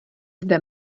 zde